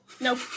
Nope